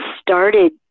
started